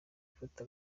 afata